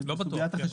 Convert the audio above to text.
לא בטוח,